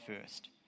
first